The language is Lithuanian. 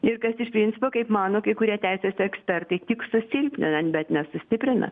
ir kas iš principo kaip mano kai kurie teisės ekspertai tik susilpnina bet nesustiprina